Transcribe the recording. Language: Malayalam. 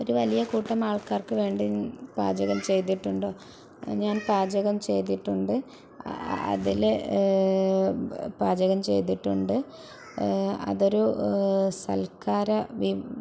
ഒരു വലിയ കൂട്ടം ആൾക്കാർക്കു വേണ്ടി പാചകം ചെയ്തിട്ടുണ്ടോ ഞാൻ പാചകം ചെയ്തിട്ടുണ്ട് അതിൽ പാചകം ചെയ്തിട്ടുണ്ട് അതൊരു സത്കാര വിം